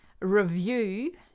review